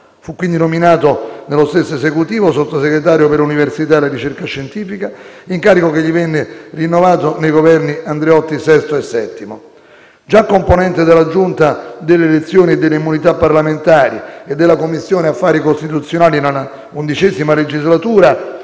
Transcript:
Fu quindi nominato nello stesso Esecutivo Sottosegretario per l'università e la ricerca scientifica, incarico che gli venne rinnovato nei Governi Andreotti sesto e settimo. Già componente della Giunta delle elezioni e delle immunità parlamentari e della Commissione affari costituzionali nella XI legislatura,